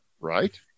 Right